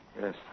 Yes